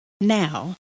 Now